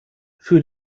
für